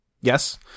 Yes